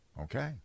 Okay